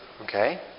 Okay